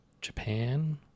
Japan